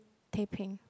teh peng